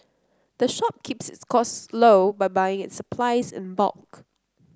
the shop keeps its costs low by buying its supplies in bulk